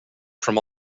from